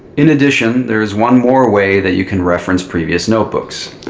in addition, there is one more way that you can reference previous notebooks,